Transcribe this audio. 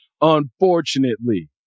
Unfortunately